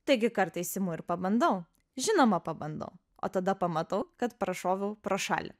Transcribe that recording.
taigi kartais imu ir pabandau žinoma pabandau o tada pamatau kad prašoviau pro šalį